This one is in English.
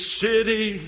city